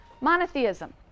monotheism